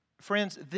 friends